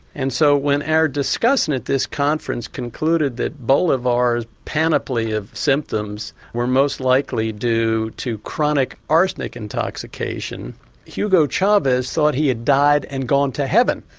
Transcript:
and so when our discussant at this conference concluded that bolivar's panoply of symptoms were most likely due to chronic arsenic intoxication hugo chavez thought he'd died and gone to heaven.